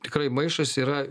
tikrai maišas yra